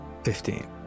fifteen